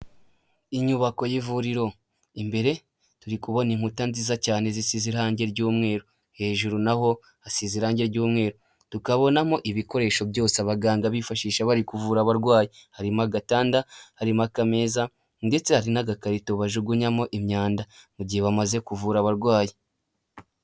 Inyubako y'ivuriro imbere turi kubona inkuta nziza cyane zisize irangi ry'umweru hejuru naho asize irangi ry'umweru tukabonamo ibikoresho byose abaganga bifashisha bari kuvura abarwayi harimo agatanda harimo aka meza ndetse hari n'agakarito bajugunyamo imyanda mu gihe bamaze kuvura abarwayi.